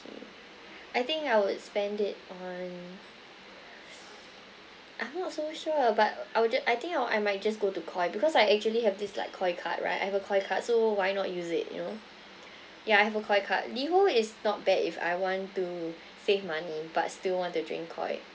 I think I would spend it on I'm not so sure but I will ju~ I think I'll I might just go to Koi because I actually have this like Koi card right I have a Koi card so why not use it you know ya I have a Koi card liho is not bad if I want to save money but still want to drink Koi